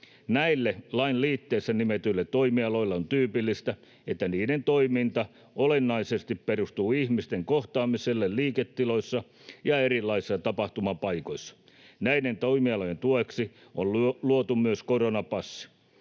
Näille lain liitteessä nimetyille toimialoille on tyypillistä, että niiden toiminta olennaisesti perustuu ihmisten kohtaamiselle liiketiloissa ja erilaisissa tapahtumapaikoissa. Näiden toimialojen tueksi on luotu myös koronapassi.